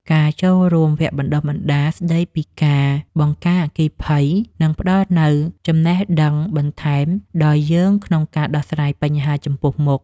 ការចូលរួមវគ្គបណ្តុះបណ្តាលស្តីពីការបង្ការអគ្គិភ័យនឹងផ្តល់នូវចំណេះដឹងបន្ថែមដល់យើងក្នុងការដោះស្រាយបញ្ហាចំពោះមុខ។